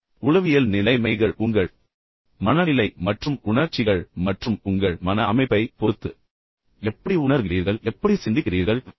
உளவியல் நிலைமைகள் பெரும்பாலும் உங்கள் மனநிலை மற்றும் உணர்ச்சிகள் மற்றும் உங்கள் மன அமைப்பை பொறுத்தது நீங்கள் எப்படி உணர்கிறீர்கள் நீங்கள் எப்படி சிந்திக்கிறீர்கள் உங்கள் அணுகுமுறை என்ன